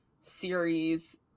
series